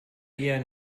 eher